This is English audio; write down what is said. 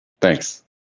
Thanks